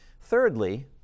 Thirdly